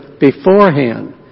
beforehand